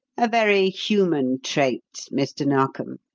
a very human trait, mr. narkom.